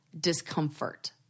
discomfort